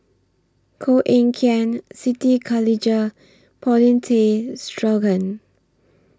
Koh Eng Kian Siti Khalijah Paulin Tay Straughan